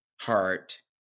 heart